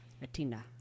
latina